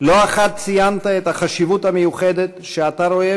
לא אחת ציינת את החשיבות המיוחדת שאתה רואה